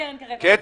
קרן קרב והיל"ה.